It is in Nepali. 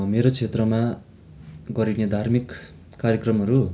मेरो क्षेत्रमा गरिने धार्मिक कार्यक्रमहरू